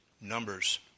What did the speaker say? numbers